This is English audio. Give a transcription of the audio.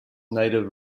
native